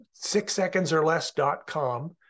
sixsecondsorless.com